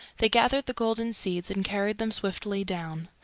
they gathered the golden seeds and carried them swiftly down.